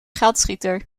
geldschieter